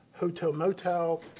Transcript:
hotel motel,